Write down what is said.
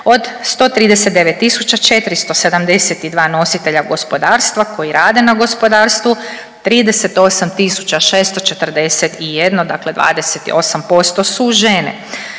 od 139.472 nositelja gospodarstva koji rade na gospodarstvu 38.641 dakle, 28% su žene.